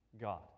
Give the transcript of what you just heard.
God